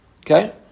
Okay